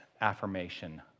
affirmation